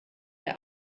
der